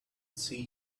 see